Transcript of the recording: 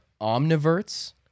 omniverts